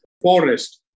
forest